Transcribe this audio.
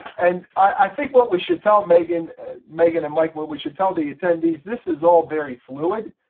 and i think what we should tell megan ah megan and mike what we should tell the attendees this is all very fluid.